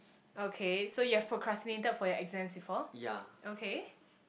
okay so you have procrastinated for your exams before okay